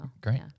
great